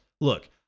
Look